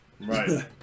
Right